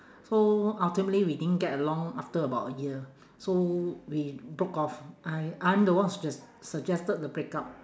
so ultimately we didn't get along after about a year so we broke off I~ I'm the one who suggest~ suggested the break up